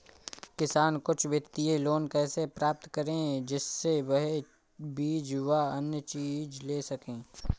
किसान कुछ वित्तीय लोन कैसे प्राप्त करें जिससे वह बीज व अन्य चीज ले सके?